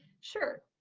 sure,